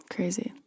Crazy